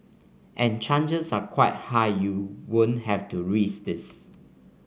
and chances are quite high you won't have to rise this